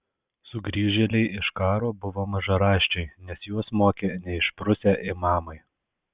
sugrįžėliai iš karo buvo mažaraščiai nes juos mokė neišprusę imamai